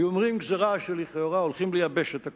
היו אומרים, גזירה שלכאורה הולכים לייבש את הכול,